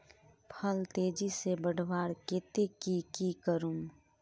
फल तेजी से बढ़वार केते की की करूम?